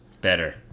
better